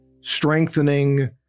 strengthening